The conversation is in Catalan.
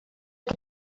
que